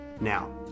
Now